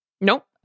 Nope